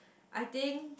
I think